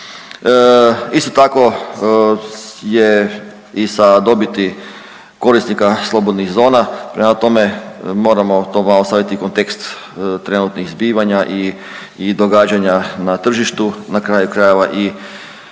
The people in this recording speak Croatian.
Isto tako je i sa dobiti korisnika slobodnih zona prema tome moramo to malo staviti i u kontekst trenutnih zbivanja i događanja na tržištu. Na kraju krajeva i